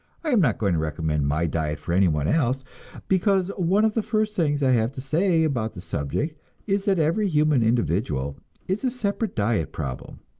i am not going to recommend my diet for anyone else because one of the first things i have to say about the subject is that every human individual is a separate diet problem.